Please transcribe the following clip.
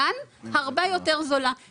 לכן בוא ניתן לה להמשיך,